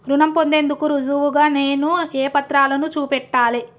రుణం పొందేందుకు రుజువుగా నేను ఏ పత్రాలను చూపెట్టాలె?